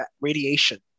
radiation